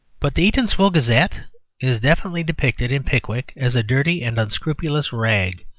but the eatanswill gazette is definitely depicted in pickwick as a dirty and unscrupulous rag,